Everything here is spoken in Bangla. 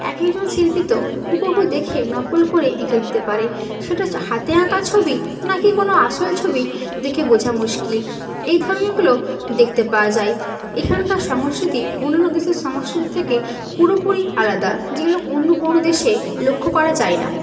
এক একজন শিল্পী তো হুবহু দেখে নকল করে এঁকে দিতে পারে সেটা হচ্ছে হাতে আঁকা ছবি না কি কোনো আসল ছবি দেখে বোঝা মুশকিল এই ধরনেরগুলো দেখতে পাওয়া যায় এখানকার সংস্কৃতি অন্যান্য দেশের সংস্কৃতির থেকে পুরোপুরি আলাদা যেগুলো অন্য কোনো দেশে লক্ষ্য করা যায় না